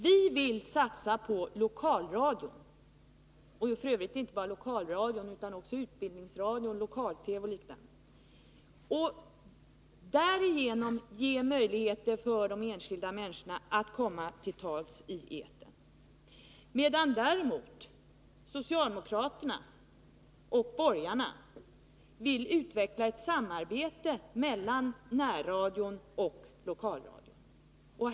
Vi vill satsa på lokalradion, utbildningsradion, lokal-TV o.d. för att därigenom ge de enskilda människorna möjligheter att komma till tals i etern. Socialdemokraterna och borgarna vill däremot utveckla ett samarbete mellan närradion och lokalradion.